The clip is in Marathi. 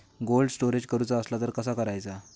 कोल्ड स्टोरेज करूचा असला तर कसा करायचा?